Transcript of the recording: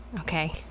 Okay